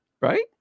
Right